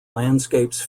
landscapes